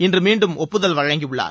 இன்று மீண்டும் ஒப்புதல் வழங்கியுள்ளார்